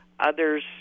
others